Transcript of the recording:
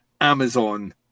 amazon